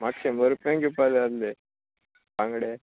म्हाक शंबर रुपयां घेवपा जाय आहले बांगडे